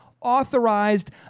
authorized